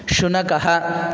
शुनकः